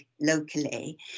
locally